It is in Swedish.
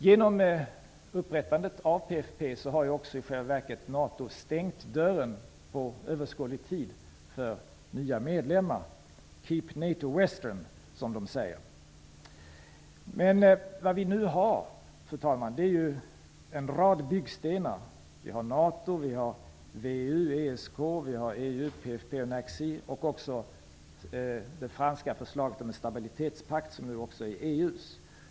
Genom upprättandet av PFF har också i själva verket NATO stängt dörren, för överskådlig tid, för nya medlemmar -- ''Keep NATO western!'' -- som man där säger. Fru talman! Vi har en rad byggstenar. Vi har NATO, VEU, ESK, EU, PFF, NACC och det franska förslaget om en stabilitetspakt som nu också är EU:s.